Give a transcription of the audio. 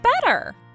better